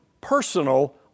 personal